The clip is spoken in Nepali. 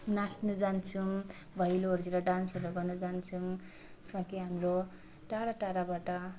नाच्नु जान्छौँ भैलोहरूतिर डान्सहरू गर्नु जान्छौँ जसमा कि हाम्रो टाढा टाढाबाट